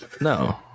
No